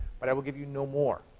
but i will give you no more.